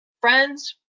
friends